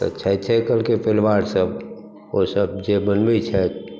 तऽ छैथे एखनके परिवार सभ ओ सभ जे बनबै छथि